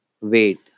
wait